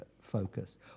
focus